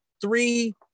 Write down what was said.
three